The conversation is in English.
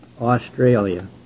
Australia